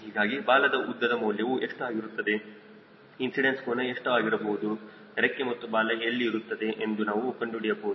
ಹೀಗಾಗಿ ಬಾಲದ ಉದ್ದದ ಮೌಲ್ಯವು ಎಷ್ಟು ಆಗಿರುತ್ತದೆ ಇನ್ಸಿಡೆನ್ಸ್ಕೋನ ಎಷ್ಟು ಆಗಿರಬಹುದು ರೆಕ್ಕೆ ಮತ್ತು ಬಾಲ ಎಲ್ಲಿ ಇರುತ್ತವೆ ಎಂದು ನಾವು ಕಂಡುಹಿಡಿಯಬಹುದು